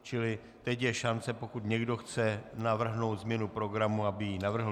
Čili teď je šance, pokud někdo chce navrhnout změnu programu, aby ji navrhl.